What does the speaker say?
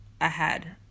ahead